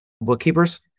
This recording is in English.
bookkeepers